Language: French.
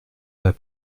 pas